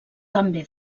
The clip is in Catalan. també